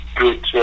good